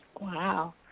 Wow